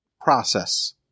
process